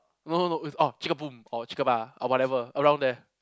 no no no it's oh chick a boom or chick a ba or whatever around there